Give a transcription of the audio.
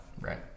Right